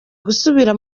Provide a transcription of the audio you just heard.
gusubira